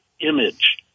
image